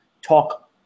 talk